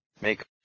Make